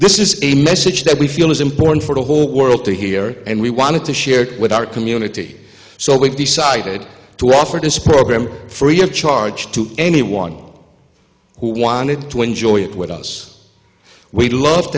this is a message that we feel is important for the whole world to hear and we wanted to share it with our community so we've decided to offer this program free of charge to anyone who wanted to enjoy it with us we'd love